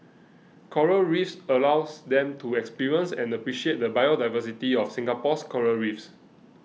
coral Reefs allows them to experience and appreciate the biodiversity of Singapore's Coral Reefs